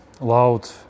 Loud